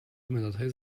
مدادهای